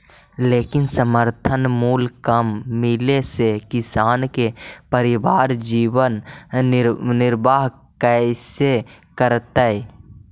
लेकिन समर्थन मूल्य कम मिले से किसान के परिवार जीवन निर्वाह कइसे करतइ?